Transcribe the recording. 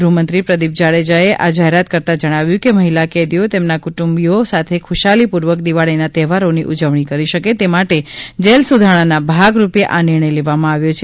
ગૃહમંત્રી પ્રદીપસિંહ જાડેજાએ આ જાહેરાત કરતા જણાવ્યુ કે મહિલા કેદીઓ તેમના કુટુંબીઓ સાથે ખુશાલીપૂર્વક દિવાળીના તહેવારોની ઉજવણી કરી શકે તે માટે જેલસુધારણાના ભાગરૂપે આ નિર્ણય લેવામાં આવ્યો છે